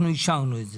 אנחנו אישרנו את זה.